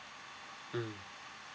mm